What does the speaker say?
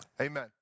Amen